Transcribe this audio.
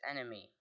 enemy